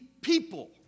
people